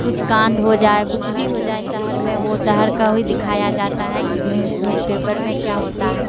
کچھ کانڈ ہو جائے کچھ بھی ہو جائے شہر میں وہ شہر کا ہی دکھایا جاتا ہے کہ نیوج میں پیپر میں کیا ہوتا ہے